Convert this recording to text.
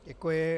Děkuji.